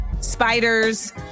spiders